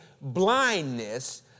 blindness